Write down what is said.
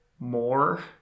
more